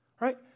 Right